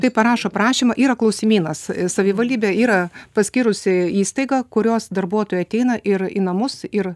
tai parašo prašymą yra klausimynas savivaldybė yra paskyrusi įstaigą kurios darbuotojai ateina ir į namus ir